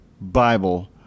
Bible